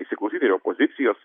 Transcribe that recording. įsiklausyti į opozicijos